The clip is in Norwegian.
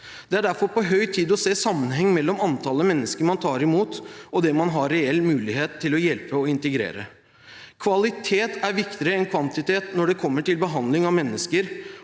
og erklæringsdebatt, andre dag 133 menhengen mellom antall mennesker man tar imot og det antall man har reell mulighet til å hjelpe og integrere. Kvalitet er viktigere enn kvantitet når det kommer til behandling av mennesker.